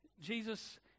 Jesus